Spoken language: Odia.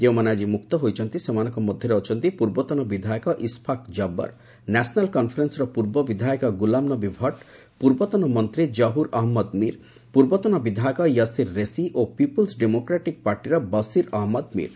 ଯେଉଁମାନେ ଆଜି ମୁକ୍ତ ହୋଇଛନ୍ତି ସେମାନଙ୍କ ମଧ୍ୟରେ ଅଛନ୍ତି ପୂର୍ବତନ ବିଧାୟକ ଇସଫାକ୍ ଜବ୍ବର ନ୍ୟାସନାଲ୍ କନ୍ଫରେନ୍ସର ପୂର୍ବ ବିଧାୟକ ଗୁଲାମନବୀ ଭଟ୍ଟ ପୂର୍ବତନ ମନ୍ତ୍ରୀ ଜହୁର ଅହଞ୍ଚଦ ମିର ପୂର୍ବତନ ବିଧାୟକ ୟସିର୍ ରେଶି ଓ ପିପୁଲ୍ୱ ଡେମୋକ୍ରାଟିକ୍ ପାର୍ଟିର ବସିର୍ ଅହମ୍ମଦ ମିର୍